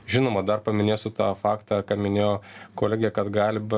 žinoma dar paminėsiu tą faktą ką minėjo kolegė kad gali b